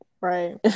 right